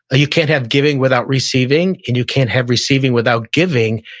you can't have giving without receiving, and you can't have receiving without giving,